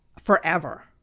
forever